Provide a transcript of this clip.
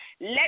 Let